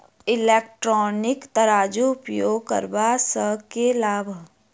Electronic तराजू उपयोग करबा सऽ केँ लाभ?